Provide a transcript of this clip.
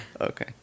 Okay